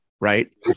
right